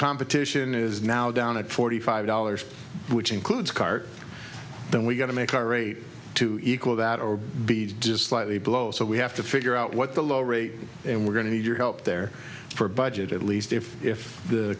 competition is now down at forty five dollars which includes cart then we got to make our rate to equal that or be just slightly below zero so we have to figure out what the low rate and we're going to need your help there for a budget at least if if the